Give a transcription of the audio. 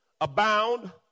abound